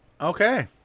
okay